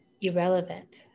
irrelevant